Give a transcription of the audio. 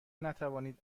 نتوانید